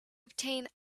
obtain